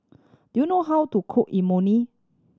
do you know how to cook Imoni